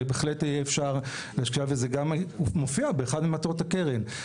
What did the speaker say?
וזה גם מופיע באחת ממטרות הקרן.